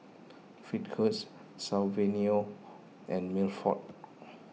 Fitzhugh Saverio and Milford